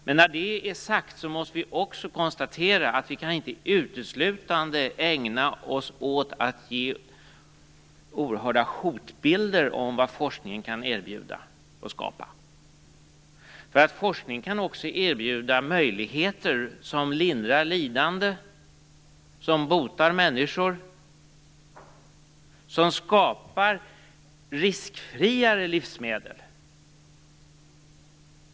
Men när det är sagt, måste vi också konstatera att vi inte uteslutande kan ägna oss åt att ge oerhörda hotbilder om vad forskningen kan erbjuda och skapa. Forskningen kan också erbjuda möjligheter att lindra lidande, bota människor och skapa riskfriare livsmedel.